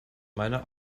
meine